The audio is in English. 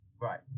Right